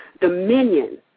dominion